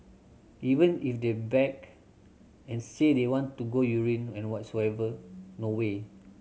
even if they beg and say they want to go urine and whatsoever no way